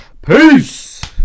Peace